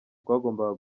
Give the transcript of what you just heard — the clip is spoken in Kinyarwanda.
twagombaga